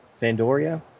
Fandoria